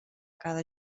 cada